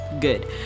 good